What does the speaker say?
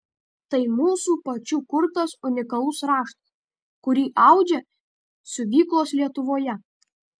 tai mūsų pačių kurtas unikalus raštas kurį audžia siuvyklos lietuvoje